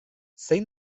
zein